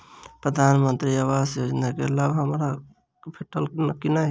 प्रधानमंत्री आवास योजना केँ लाभ हमरा भेटतय की नहि?